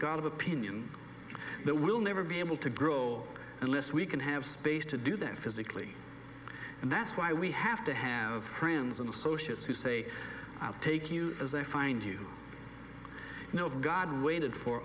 of opinion that we'll never be able to grow a list we can have space to do them physically and that's why we have to have friends and associates who say i'll take you as i find you know god waited for